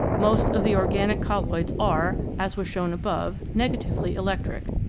most of the organic colloids are, as was shown above, negatively electric.